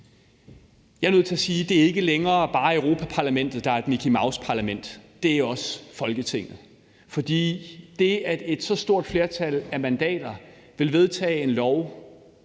Jeg er nødt til at sige, at det ikke længere bare er Europa-Parlamentet, der er et Mickey Mouse-parlament; det er også Folketinget. For det, at et så stort flertal af mandater vil vedtage en lov,